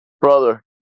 Brother